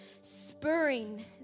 spurring